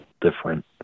different